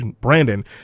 Brandon